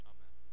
Amen